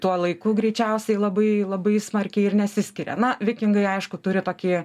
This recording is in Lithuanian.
tuo laiku greičiausiai labai labai smarkiai ir nesiskiria na vikingai aišku turi tokį